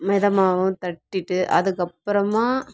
மைதா மாவும் தட்டிட்டு அதுக்கப்புறமா